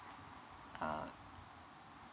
uh